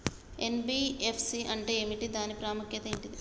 NBFC అంటే ఏమిటి దాని ప్రాముఖ్యత ఏంటిది?